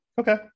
Okay